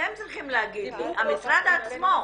אתם צריכים להגיד לי, המשרד עצמו.